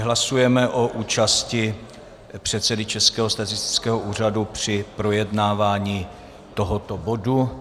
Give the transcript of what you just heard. Hlasujeme o účasti předsedy Českého statistického úřadu při projednávání tohoto bodu.